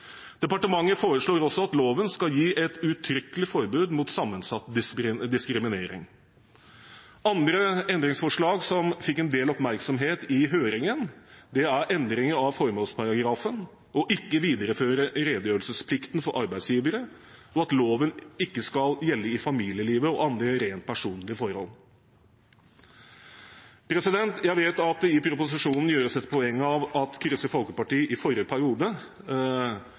Departementet foreslår også at loven skal gi et uttrykkelig forbud mot sammensatt diskriminering. Andre endringsforslag som fikk en del oppmerksomhet i høringen, var endring av formålsparagrafen, at redegjørelsesplikten for arbeidsgivere ikke videreføres, og at loven ikke skal gjelde i familielivet og andre rent personlige forhold. Jeg vet at det i proposisjonen gjøres et poeng av at Kristelig Folkeparti i forrige periode